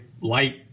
light